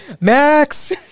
Max